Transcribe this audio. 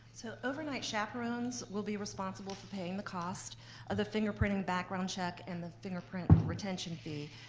so overnight chaperones will be responsible for paying the cost of the fingerprinting background check and the fingerprint retention fee.